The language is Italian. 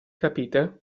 capite